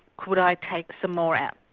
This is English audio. could i take some more out?